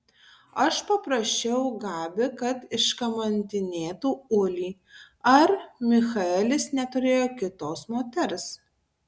aš paprašiau gabi kad iškamantinėtų ulį ar michaelis neturėjo kitos moters